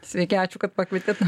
sveiki ačiū kad pakvietėt